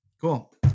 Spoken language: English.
Cool